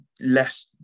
less